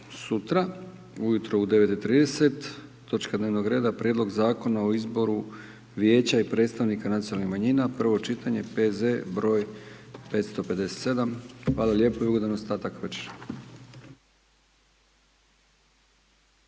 Hvala lijepo i ugodan ostatak večeri.